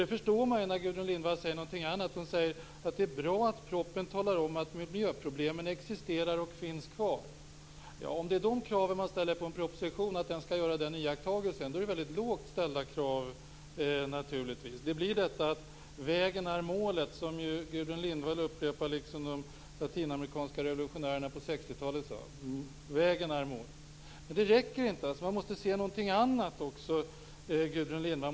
Det förstår man när Gudrun Lindvall säger något annat, nämligen att det är bra att proppen talar om att miljöproblemen existerar och finns kvar. Ja, om det är de krav man ställer på en proposition - alltså att den skall göra den iakttagelsen - så är det naturligtvis väldigt lågt ställda krav. Då blir det detta med att vägen är målet, som ju Gudrun Lindvall säger liksom de latinamerikanska revolutionärerna på 60 talet. Vägen är målet. Men det räcker inte. Man måste se något annat också, Gudrun Lindvall.